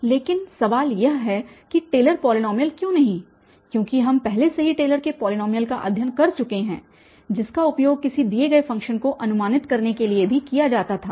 तो लेकिन सवाल यह है कि टेलर पॉलीनॉमियल क्यों नहीं क्योंकि हम पहले से ही टेलर के पॉलीनॉमियल का अध्ययन कर चुके हैं जिसका उपयोग किसी दिए गए फ़ंक्शन को अनुमानित करने के लिए भी किया जाता था